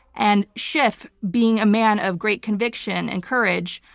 and schiff being a man of great conviction and courage,